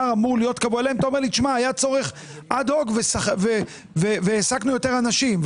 אמר לי - היה צורך אד הוק והעסקנו יותר אנשים.